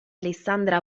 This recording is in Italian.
alessandra